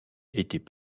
étaient